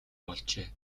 болжээ